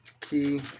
Key